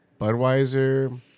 Budweiser